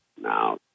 Now